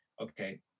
okay